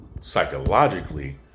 psychologically